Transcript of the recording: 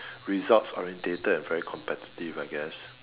results orientated and very competitive I guess